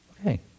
Okay